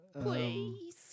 Please